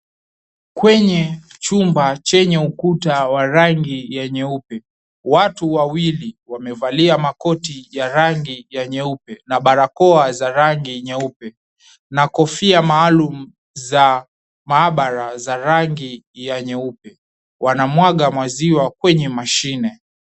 Kwenye chumba chenye ukuta wa rangi ya nyeupe, watu wawili wamevalia makoti ya rangi ya nyeupe , na barakoa za rangi nyeupe, na kofia maalum za maabara za rangi ya nyeupe , wanamwaga maziwa kwenye mashine .